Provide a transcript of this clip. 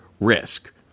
risk